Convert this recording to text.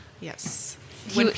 Yes